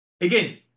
Again